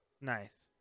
Nice